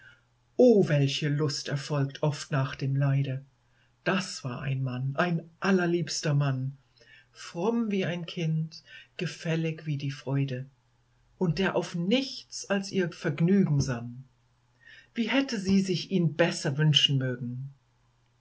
o welche lust erfolgt oft nach dem leide das war ein mann ein allerliebster mann fromm wie ein kind gefällig wie die freude und der auf nichts als ihr vergnügen sann wie hätte sie sich ihn denn besser wünschen mögen